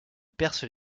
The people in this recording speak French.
percent